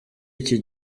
iki